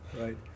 right